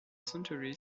century